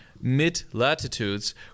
mid-latitudes